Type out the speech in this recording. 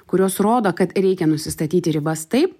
kurios rodo kad reikia nusistatyti ribas taip